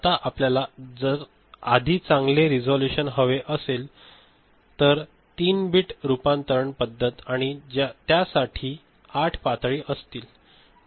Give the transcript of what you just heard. आता आपल्याला जर आधीचांगले रेसोलुशन हवेअसेलतर 3 बिट रुपरंतरण पद्धत आणि त्यासाठी 8 पातळी असतील